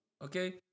Okay